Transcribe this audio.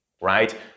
right